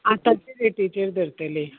ताची रेटीचेर धरतली